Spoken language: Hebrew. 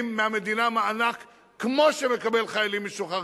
מהמדינה מענק כמו שמקבלים חיילים משוחררים.